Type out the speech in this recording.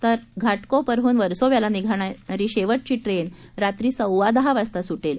तरघाटकोरपरहूनवर्सोव्यालानिघणारीशेवटचीट्रेनरात्रीसव्वादहावाजतासुटेल